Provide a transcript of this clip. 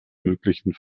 möglichen